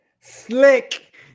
Slick